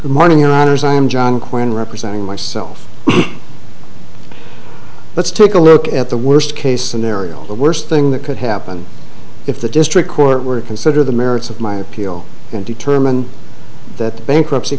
morning honors i am john quinn representing myself let's take a look at the worst case scenario the worst thing that could happen if the district court were to consider the merits of my appeal and determine that the bankruptcy